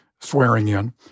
swearing-in